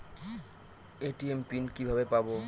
ATM pin কিভাবে পাবো?